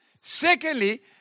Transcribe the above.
Secondly